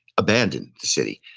abandoned the city.